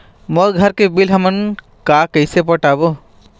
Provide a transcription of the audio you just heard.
मोर घर के बिल हमन का कइसे पटाबो?